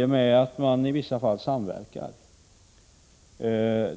där de samverkar.